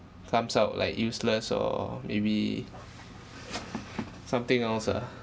comes out like useless or maybe something else ah